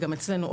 גם אצלנו,